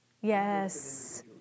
Yes